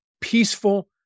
Peaceful